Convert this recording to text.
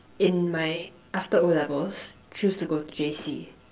in my after o levels choose to go to J_C